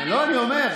לא, אני אומר.